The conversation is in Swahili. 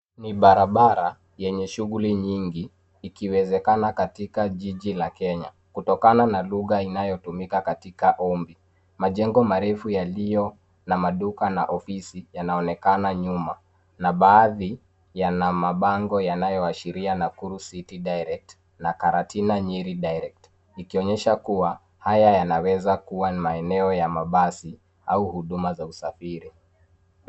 Ni barabara yenye shuguli nyingi ikiwezekana katika jiji la Kenya. Kutokana na duka inalotumika katika ombi. Majengo marefu yaliyo na maduka na maofisi yanaonekana nyuma na baadhi yana mabango yanayoashiria Nakuru. Ikionyesha kuwa haya ni maeneo ya mabasi au uduma za usafiri.